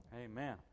Amen